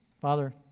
Father